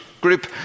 group